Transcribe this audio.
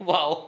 Wow